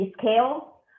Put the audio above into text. scale